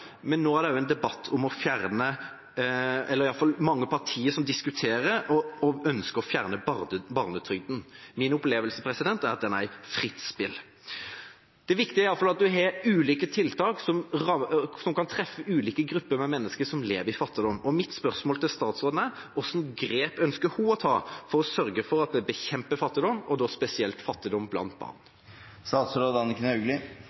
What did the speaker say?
men nå er det også en debatt om – iallfall diskuterer og ønsker mange partier – å fjerne barnetrygden. Min opplevelse er at den er i fritt spill. Det viktige er iallfall at en har ulike tiltak som kan treffe ulike grupper med mennesker som lever i fattigdom. Mitt spørsmål til statsråden er: Hvilke grep ønsker hun å ta for å sørge for at vi bekjemper fattigdom, og da spesielt fattigdom blant